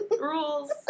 rules